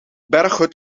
berghut